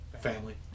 family